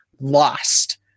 lost